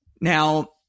Now